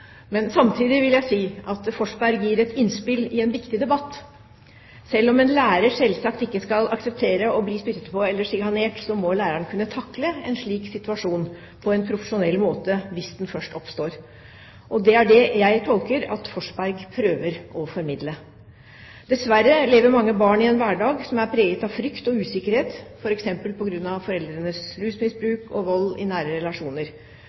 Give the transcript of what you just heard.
Men samtidig vil jeg si at Forsberg gir et innspill i en viktig debatt. Selv om en lærer selvsagt ikke skal akseptere å bli spyttet på eller sjikanert, må læreren kunne takle en slik situasjon på en profesjonell måte hvis den først oppstår. Og det er det jeg tolker at Forsberg prøver å formidle. Dessverre lever mange barn i en hverdag som er preget av frykt og usikkerhet, f.eks. på grunn av foreldrenes rusmisbruk og vold i nære relasjoner.